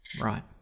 Right